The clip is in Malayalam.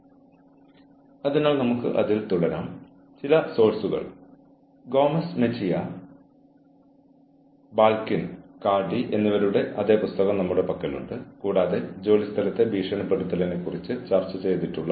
ഹ്യൂമൻ റിസോഴ്സ് പ്രൊഫഷണലുകൾ എന്ന നിലയിൽ നിങ്ങൾ ചെയ്യേണ്ടത് എന്താണെന്ന് ഞങ്ങൾ ചർച്ച ചെയ്തിട്ടുണ്ട്